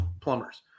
plumbers